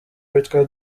witwa